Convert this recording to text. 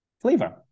flavor